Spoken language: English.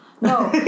No